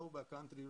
לא בקנטרי,